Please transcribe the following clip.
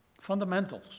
Fundamentals